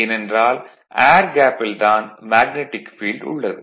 ஏனென்றால் ஏர் கேப்பில் தான் மேக்னடிக் ஃபீல்டு உள்ளது